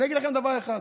אני אגיד לכם דבר אחד: